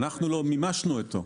אנחנו לא מימשנו אתו.